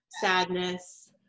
sadness